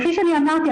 כפי שאמרתי,